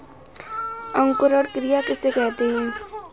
अंकुरण क्रिया किसे कहते हैं?